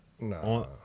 No